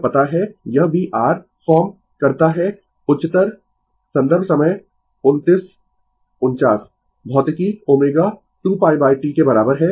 यह पता है यह भी r फॉर्म करता है उच्चतर संदर्भ समय 2949 भौतिकी ω 2π T के बराबर है